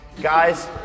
guys